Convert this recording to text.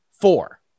four